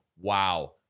wow